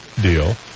deal